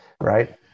Right